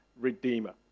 redeemer